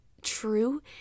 true